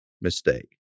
mistake